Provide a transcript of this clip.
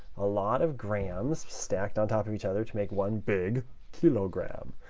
a lot of grams stacked on top of each other to make one big kilogram.